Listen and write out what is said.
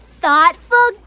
thoughtful